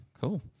cool